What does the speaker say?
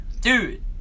Dude